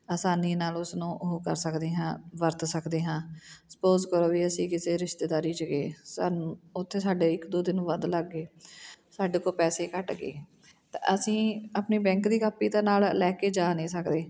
ਆਸਾਨੀ ਨਾਲ ਉਸਨੂੰ ਉਹ ਕਰ ਸਕਦੇ ਹਾਂ ਵਰਤ ਸਕਦੇ ਹਾਂ ਸਪੋਜ ਕਰੋ ਵੀ ਅਸੀਂ ਕਿਸੇ ਰਿਸ਼ਤੇਦਾਰੀ 'ਚ ਗਏ ਸਾਨੂੰ ਉੱਥੇ ਸਾਡੇ ਇੱਕ ਦੋ ਦਿਨ ਵੱਧ ਲੱਗ ਗਏ ਸਾਡੇ ਕੋਲ ਪੈਸੇ ਘੱਟ ਗਏ ਤਾਂ ਅਸੀਂ ਆਪਣੇ ਬੈਂਕ ਦੀ ਕਾਪੀ ਤਾਂ ਨਾਲ ਲੈ ਕੇ ਜਾ ਨਹੀਂ ਸਕਦੇ